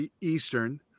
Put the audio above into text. Eastern